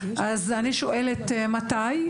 אני שואלת מתי,